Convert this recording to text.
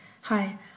Hi